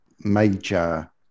major